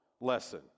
lesson